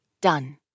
Done